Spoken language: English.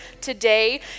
today